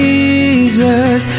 Jesus